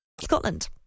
Scotland